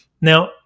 Now